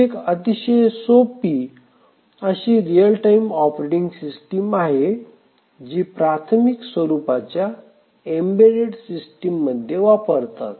ही एक अतिशय सोपी अशी रियल टाइम ऑपरेटिंग सिस्टिम आहे जी प्राथमिक स्वरूपाच्या एम्बेडेड सिस्टीम मध्ये वापरतात